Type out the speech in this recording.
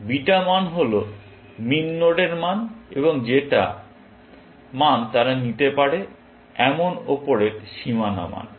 beta মান হল min নোডের মান এবং যেটা মান তারা নিতে পারে এমন উপরের সীমানা মান